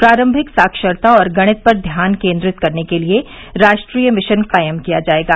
प्रारंभिक साक्षरता और गणित पर ध्यान केंद्रित करने के लिए राष्ट्रीय मिशन कायम किया जाएगा